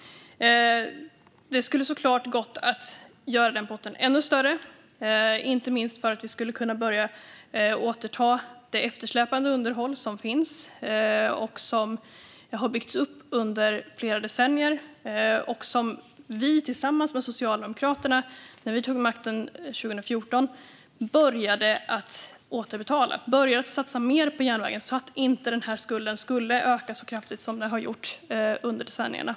Det skulle såklart ha gått att göra denna pott ännu större, inte minst för att vi skulle kunna börja återta det eftersläpande underhåll som finns och som har byggts upp under flera decennier. När vi tillsammans med Socialdemokraterna tog makten 2014 började vi återbetala detta. Vi började satsa mer på järnvägen så att skulden inte skulle öka så kraftigt som den har gjort under decennierna.